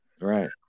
Right